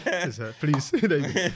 please